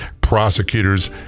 prosecutors